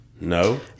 No